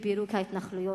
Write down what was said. בפירוק ההתנחלויות,